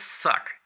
suck